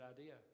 idea